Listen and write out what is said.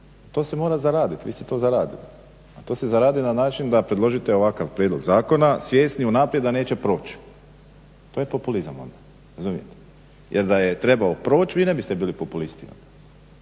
To se mora zaraditi, vi ste to zaradili a to se zaradi na način da predložite ovakav prijedloga zakona svjesni unaprijed da neće proć, to je populizam onda, razumijete jer da je trebao proći, vi ne biste bili u populistima